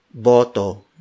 BOTO